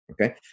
Okay